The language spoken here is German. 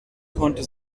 konnte